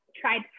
Tried